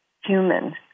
human